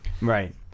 right